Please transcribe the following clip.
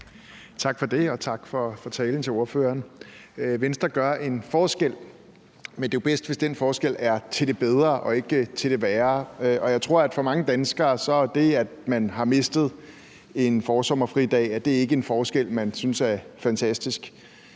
Tak for det. Tak til ordføreren for talen. Venstre gør en forskel, men det er jo bedst, hvis den forskel er til det bedre og ikke til det værre. Jeg tror, at for mange danskere er det, at man har mistet en forsommerfridag, ikke en forskel, man synes er fantastisk.